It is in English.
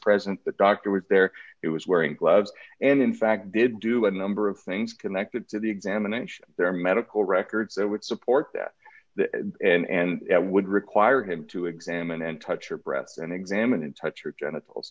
present the doctor was there it was wearing gloves and in fact did do a number of things connected to the examination their medical records that would support that and that would require him to examine and touch her breasts and examine and touch her genitals